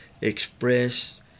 express